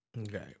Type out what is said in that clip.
Okay